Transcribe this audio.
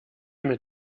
mit